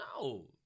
No